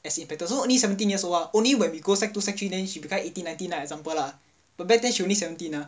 as inspector so only seventeen years old ah only when we go sec two sec three than she become eighteen nineteen ah like example ah but back then she only seventeen ah